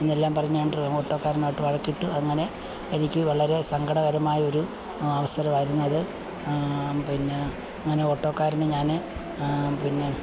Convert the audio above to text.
എന്നെല്ലാം പറഞ്ഞ് ഞാൻ ഓട്ടോക്കാരനായിട്ട് വഴക്കിട്ടു അങ്ങനെ എനിക്ക് വളരെ സങ്കടകരമായൊരു അവസരമായിരുന്നു അത് പിന്നെ അങ്ങനെ ഓട്ടോക്കാരനെ ഞാൻ പിന്നെ